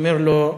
אומר לו: